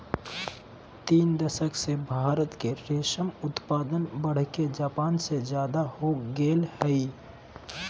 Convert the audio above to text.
तीन दशक से भारत के रेशम उत्पादन बढ़के जापान से ज्यादा हो गेल हई